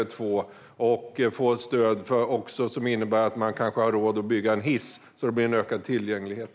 Man kan också få stöd som gör att man kan få råd att bygga till exempel en hiss, vilket ger en ökad tillgänglighet.